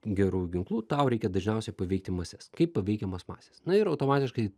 gerųjų ginklų tau reikia dažniausia paveikti mases kaip paveikiamos masės na ir automatiškai